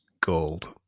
gold